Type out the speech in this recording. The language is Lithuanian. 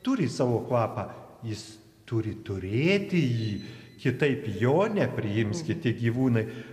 turi savo kvapą jis turi turėti jį kitaip jo nepriims kiti gyvūnai